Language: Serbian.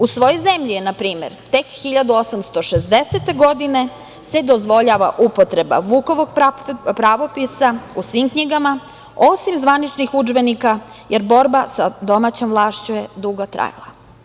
U svojoj zemlji je na primer tek 1860. godine dozvoljena upotreba Vukovog pravopisa u svim knjigama, osim zvaničnih udžbenika jer borba sa domaćom vlašću je dugo trajala.